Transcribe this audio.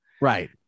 right